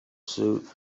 suit